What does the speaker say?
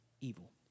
evil